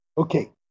Okay